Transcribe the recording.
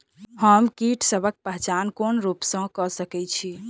हम कीटसबक पहचान कोन रूप सँ क सके छी?